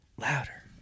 Louder